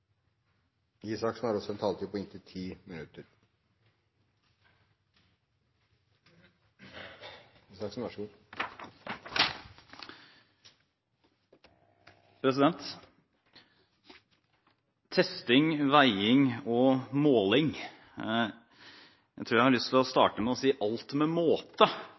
testing, veiing og måling, tror jeg at jeg har lyst til å starte med å si: alt med måte.